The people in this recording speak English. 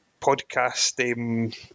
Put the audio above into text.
podcast –